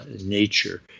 nature